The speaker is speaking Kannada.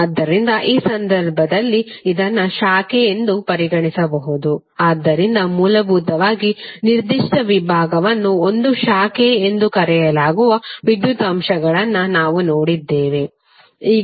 ಆದ್ದರಿಂದ ಈ ಸಂದರ್ಭದಲ್ಲಿ ಇದನ್ನು ಶಾಖೆ ಎಂದು ಪರಿಗಣಿಸಬಹುದುಆದ್ದರಿಂದ ಮೂಲಭೂತವಾಗಿ ನಿರ್ದಿಷ್ಟ ವಿಭಾಗವನ್ನು ಒಂದು ಶಾಖೆ ಎಂದು ಕರೆಯಲಾಗುವ ವಿದ್ಯುತ್ ಅಂಶಗಳನ್ನು ನಾವು ನೋಡಿದ್ದೇವೆ